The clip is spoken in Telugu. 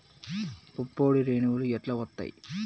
పుప్పొడి రేణువులు ఎట్లా వత్తయ్?